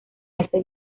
hace